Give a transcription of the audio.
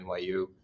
NYU